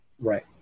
Right